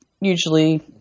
usually